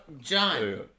John